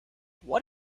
what